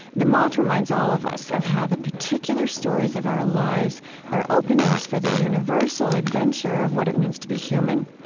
the moth reminds all of us of how the particular stories of our lives are openings for the universal adventure of what it means to be human.